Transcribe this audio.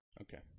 Okay